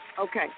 Okay